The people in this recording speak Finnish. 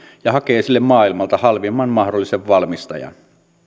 ja hakee sille maailmalta halvimman mahdollisen valmistajan